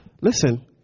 listen